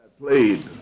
played